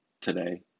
today